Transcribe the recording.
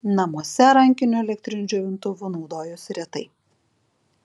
namuose rankiniu elektriniu džiovintuvu naudojosi retai